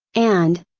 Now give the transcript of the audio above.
and,